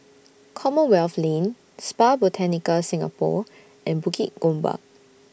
Commonwealth Lane Spa Botanica Singapore and Bukit Gombak